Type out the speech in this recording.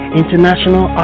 international